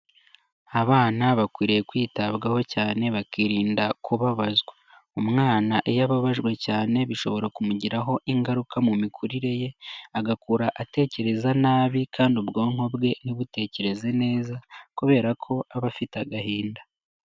Abana bakwiriye kwitabwaho cyane bakirinda kubabazwa. Umwana iyo ababajwe cyane bishobora kumugiraho ingaruka mu mikurire ye, agakura atekereza nabi kandi ubwonko bwe ntibutekereze neza kubera ko aba afite agahinda.